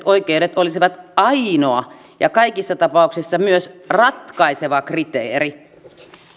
oikeudet olisivat ainoa ja kaikissa tapauksissa myös ratkaiseva kriteeri